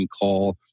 call